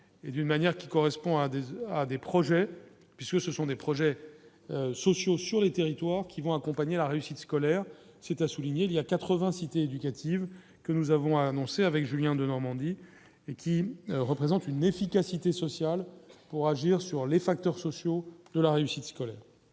et d'une manière qui correspond à des à des projets puisque ce sont des projets. Sociaux sur les territoires qui vont accompagner la réussite scolaire, c'est à souligner, il y a 80. Cité éducative que nous avons annoncé avec Julien Denormandie, et qui représentent une efficacité sociale pour agir sur les facteurs sociaux de la réussite scolaire.